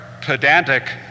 pedantic